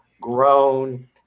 grown